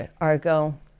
Argo